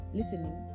listening